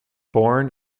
born